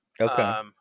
Okay